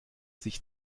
sich